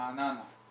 רעננה.